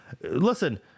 listen